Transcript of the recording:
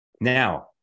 Now